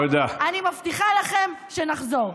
אני מבטיחה לכם שנחזור.